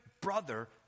brother